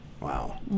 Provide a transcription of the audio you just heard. Wow